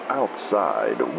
outside